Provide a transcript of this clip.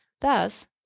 thus